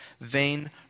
vain